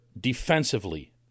defensively